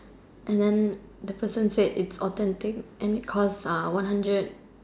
and then the person said it's authentic and it cost ah one hundred